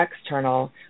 external